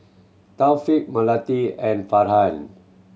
Taufik Melati and Farhan